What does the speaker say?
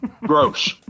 gross